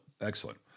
excellent